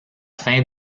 fin